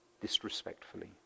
disrespectfully